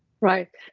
Right